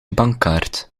bankkaart